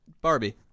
Barbie